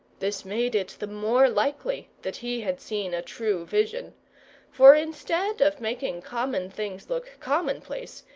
this made it the more likely that he had seen a true vision for instead of making common things look commonplace,